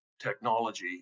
technology